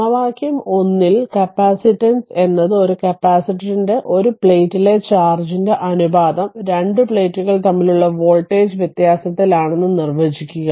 സമവാക്യം 1 ൽ നിന്ന് കപ്പാസിറ്റൻസ് എന്നത് ഒരു കപ്പാസിറ്ററിന്റെ ഒരു പ്ലേറ്റിലെ ചാർജിന്റെ അനുപാതം രണ്ട് പ്ലേറ്റുകൾ തമ്മിലുള്ള വോൾട്ടേജ് വ്യത്യാസത്തിലാണെന്ന് നിർവചിക്കുക